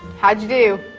how'd you do?